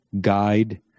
guide